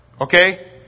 Okay